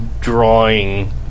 drawing